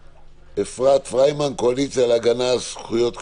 אפרת פריימן, הקואליציה להגנה על זכויות קשישים.